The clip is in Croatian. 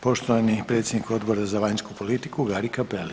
Poštovani predsjednik Odbora za vanjsku politiku Gari Cappelli.